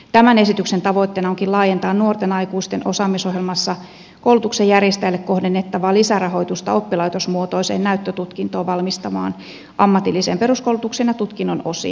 tämän esityksen tavoitteena onkin laajentaa nuorten aikuisten osaamisohjelmassa koulutuksen järjestäjälle kohdennettavaa lisärahoitusta oppilaitosmuotoiseen näyttötutkintoon valmistavaan ammatilliseen peruskoulutukseen ja tutkinnon osiin